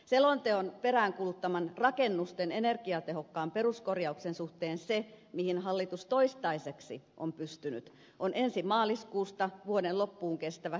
selonteon peräänkuuluttaman rakennusten energiatehokkaan peruskorjauksen suhteen se mihin hallitus toistaiseksi on pystynyt on ensi maaliskuusta vuoden loppuun kestävä suhdanneluonteinen avustusjakso